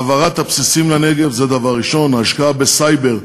העברת הבסיסים לנגב זה הדבר הראשון, השקעה בסייבר,